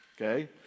Okay